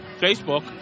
Facebook